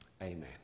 Amen